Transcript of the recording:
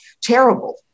terrible